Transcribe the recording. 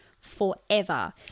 Forever